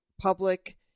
public